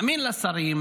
מאמין לשרים,